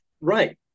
Right